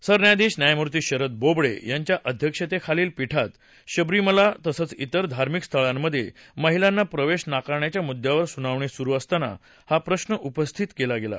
सरन्यायाधीश न्यायमूर्ती शरद बोबडे यांच्या अध्यक्षतेखालील पीठात शबरीमाला तसेच इतर धार्मिक स्थलांनमध्ये महिलांना प्रवेश नाकारण्याच्या मुद्द्यावर सुनावणी सुरु असताना हा प्रश्न उपथित केला गेला